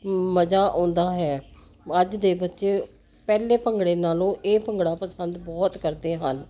ਮਜਾ ਆਉਂਦਾ ਹੈ ਅੱਜ ਦੇ ਬੱਚੇ ਪਹਿਲੇ ਭੰਗੜੇ ਨਾਲੋਂ ਇਹ ਭੰਗੜਾ ਪਸੰਦ ਬਹੁਤ ਕਰਦੇ ਹਨ